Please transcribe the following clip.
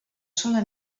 sola